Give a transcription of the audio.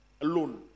alone